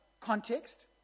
context